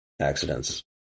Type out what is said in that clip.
accidents